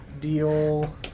deal